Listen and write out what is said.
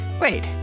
wait